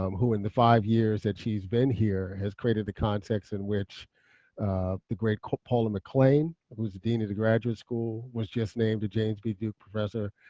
um who in the five years that she's been here has created the context in which the great paula mcclain, who's the dean of the graduate school, was just named a james b. duke professor,